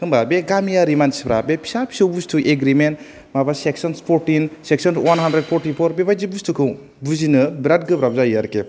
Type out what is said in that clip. होमबा बे गामियारि मानसिफ्रा बे फिसा फिसौ बुस्थु एग्रिमेन माबा sections fourteen section one hundred forty four बेबायदि बुस्थुखौ बुजिनो बेराद गोब्राब जायो आरोखि